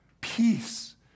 peace